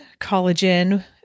collagen